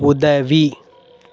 உதவி